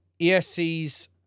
ESCs